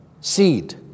Seed